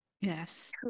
Yes